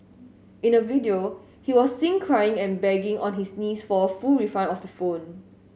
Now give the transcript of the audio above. in a video he was seen crying and begging on his knees for a full refund of the phone